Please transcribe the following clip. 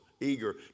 eager